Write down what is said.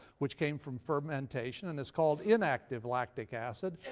which came from fermentation and is called inactive lactic acid.